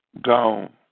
gone